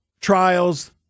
trials